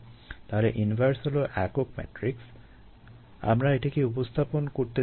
তাহলে I inverse হলো একক ম্যাট্রিক্স আমরা এটিকে উপস্থাপন করতে যাচ্ছি না